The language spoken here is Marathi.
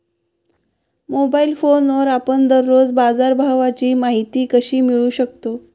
मोबाइल फोनवर आपण दररोज बाजारभावाची माहिती कशी मिळवू शकतो?